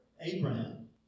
Abraham